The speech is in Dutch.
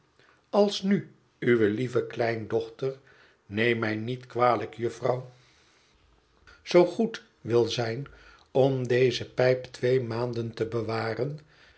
als nu uwe lieve kleindochter neem mij niet kwalijk jufvrouw zoo goed wil zijn om deze pijp twee maanden te bewaren